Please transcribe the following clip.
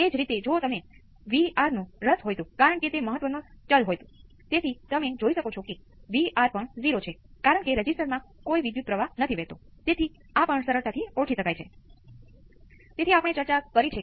તેથી તમે એક રેખીય પ્રણાલીમાં સાઈનુંસોઈડલ લાગુ કરો છો તમે આ સાથે શું મેળવો છો સાઈનુંસોઈડલ બરાબર એ જ વર્તાવ સાથે C એમ્પ્લિટ્યુડ વધારે બદલાશે અને પછી ફેસ બદલાશે